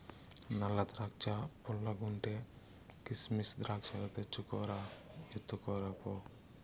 నల్ల ద్రాక్షా పుల్లగుంటే, కిసిమెస్ ద్రాక్షాలు తెచ్చుకు రా, ఎత్తుకురా పో